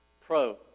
Pro